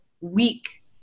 week